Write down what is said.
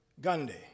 Gandhi